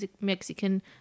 mexican